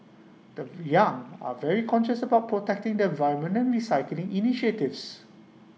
the young are very conscious about protecting the environment and recycling initiatives